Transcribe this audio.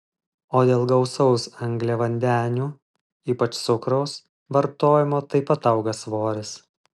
o dėl gausaus angliavandenių ypač cukraus vartojimo taip pat auga svoris